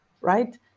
right